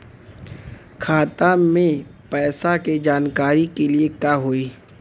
खाता मे पैसा के जानकारी के लिए का होई?